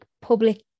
public